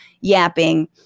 yapping